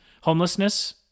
homelessness